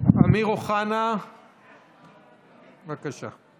אמיר אוחנה, בבקשה.